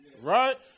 Right